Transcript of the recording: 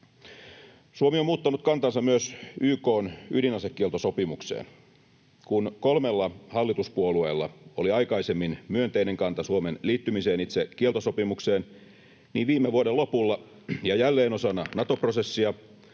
Suomi on muuttanut kantansa myös YK:n ydinasekieltosopimukseen. Kun kolmella hallituspuolueella oli aikaisemmin myönteinen kanta Suomen liittymiseen itse kieltosopimukseen, niin viime vuoden lopulla, ja jälleen osana Nato-prosessia,